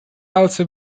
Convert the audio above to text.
also